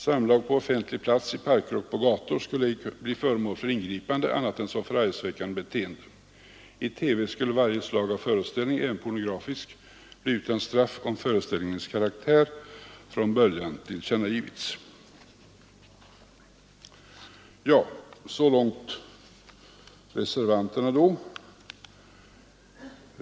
Samlag på offentlig plats, i parker och på gator, skulle ej bli föremål för ingripande annat än som förargelseväckande beteende. I TV skulle varje slag av föreställning, även pornografisk, bli utan straff, om föreställningens karaktär i förväg tillkännagivits.” Så långt reservanterna.